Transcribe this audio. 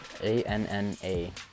A-N-N-A